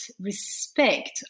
respect